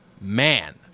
Man